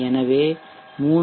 எனவே 3